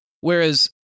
whereas